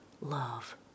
love